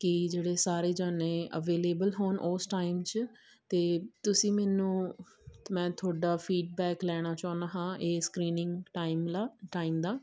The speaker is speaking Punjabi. ਕਿ ਜਿਹੜੇ ਸਾਰੇ ਜਣੇ ਅਵੇਲੇਬਲ ਹੋਣ ਉਸ ਟਾਈਮ 'ਚ ਅਤੇ ਤੁਸੀਂ ਮੈਨੂੰ ਮੈਂ ਤੁਹਾਡਾ ਫੀਡਬੈਕ ਲੈਣਾ ਚਾਹੁੰਦਾ ਹਾਂ ਇਹ ਸਕਰੀਨਿੰਗ ਟਾਈਮ ਲਾ ਟਾਈਮ ਦਾ